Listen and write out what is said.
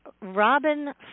Robin